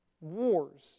wars